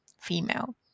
female